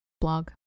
blog